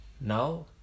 Now